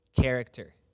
character